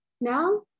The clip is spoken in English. Now